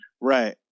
Right